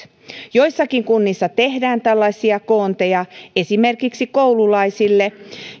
joissakin kunnissa tehdään tällaisia koonteja esimerkiksi koululaisille